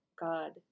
God